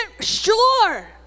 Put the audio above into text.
sure